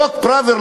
חוק פראוור,